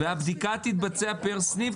הבדיקה תתבצע פר סניף?